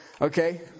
Okay